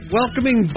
welcoming